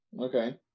Okay